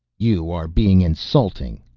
you are being insulting!